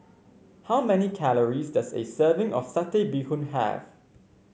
how many calories does a serving of Satay Bee Hoon have